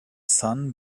sun